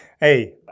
hey